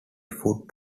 foot